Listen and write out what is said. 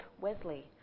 Wesley